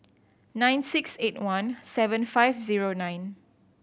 nine six eight one seven five zero nine